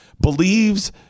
believes